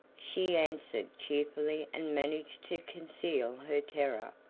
she answered cheerfully and managed to conceal her terror.